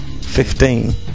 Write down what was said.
Fifteen